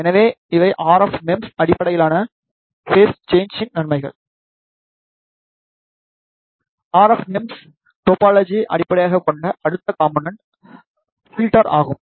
எனவே இவை RF MEMS RF MEMS அடிப்படையிலான பேஸ் சேன்ஜின் நன்மைகள் ஆர்எஃப் மெம்ஸ் RF MEMS டோபாலஜியை அடிப்படையாகக் கொண்ட அடுத்த காம்போனென்ட் பில்டர் ஆகும்